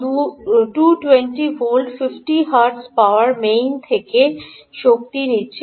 220 volt 50 hertz power main থেকে শক্তি নিচ্ছে